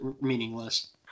meaningless